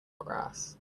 grass